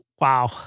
wow